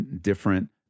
different